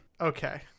okay